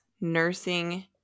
nursing